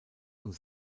und